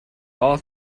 all